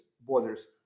borders